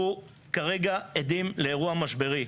אנחנו כרגע עדים לאירוע משברי.